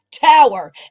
tower